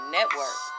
Network